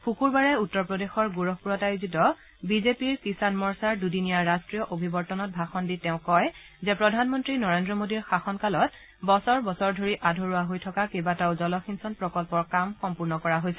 শুকুৰবাৰে উত্তৰ প্ৰদেশৰ গোড়খপুৰত আয়োজিত বিজেপিৰ কিষাণ মৰ্চাৰ দুদিনীয়া ৰাষ্ট্ৰীয় অভিৱৰ্তনত ভাষণ দি তেওঁ কয় যে প্ৰধানমন্ত্ৰী নৰেন্দ্ৰ মোডীৰ শাসন কালত বছৰ বছৰ ধৰি আধৰুৱা হৈ থকা কেইবাটাও জলসিঞ্চন প্ৰকল্পৰ কাম সম্পূৰ্ণ কৰা হৈছে